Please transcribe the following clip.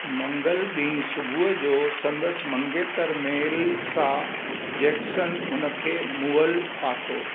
मंगल ॾींहुं सुबुह जो संदसि मंगेतरु मेलिसा जैक्सन हुनखे मुअल पातो